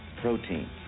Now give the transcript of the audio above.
protein